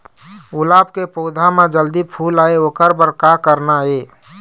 गुलाब के पौधा म जल्दी फूल आय ओकर बर का करना ये?